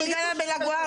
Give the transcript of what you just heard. אני גרה בלה גווארדיה.